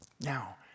Now